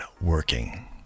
working